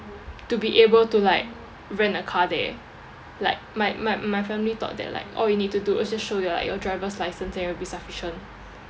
to be able to like rent a car there like my my my family thought that like all you need to do was just show your like your driver's license and it would be sufficient